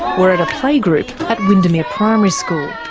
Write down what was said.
we're at a playgroup at windermere primary school,